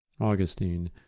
Augustine